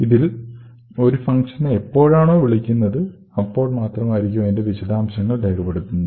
ഇതിൽ ഒരു ഫങ്ഷനെ എപ്പോഴാണോ വിളിക്കുന്നത് അപ്പോൾ മാത്രമായിരിക്കും അതിന്റെ വിശദാംശങ്ങൾ രേഖപ്പെടുത്തുന്നത്